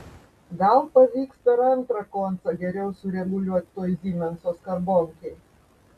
gal pavyks per antrą koncą geriau sureguliuot toj zymenso skarbonkėj